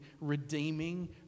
redeeming